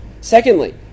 Secondly